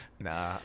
nah